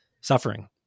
suffering